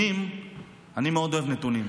אני מאוד אוהב נתונים.